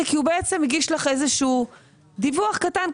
כי הוא בעצם הגיש לך איזה שהוא דיווח קטן,